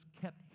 kept